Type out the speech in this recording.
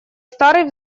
старый